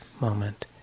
moment